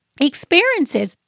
Experiences